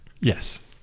Yes